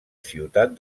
ciutat